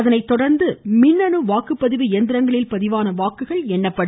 அதனைத் தொடர்ந்து மின்னு வாக்குப்பதிவு இயந்திரங்களில் பதிவான வாக்குகள் எண்ணப்படும்